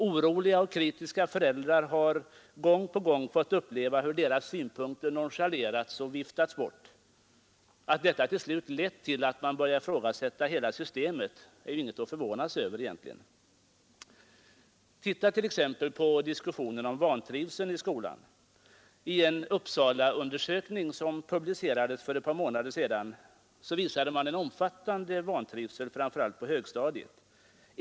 Oroliga och kritiska föräldrar har gång på gång fått uppleva hur deras synpunkter nonchalerats och viftats bort. Att detta till slut lett till att man börjat ifrågasätta hela systemet är ju egentligen ingenting att förvåna sig över. Titta t.ex. på diskussionen om vantrivseln i skolan. I en Uppsalaundersökning som publicerades för ett par månader sedan påvisade man en omfattande vantrivsel, framför allt på högstadiet.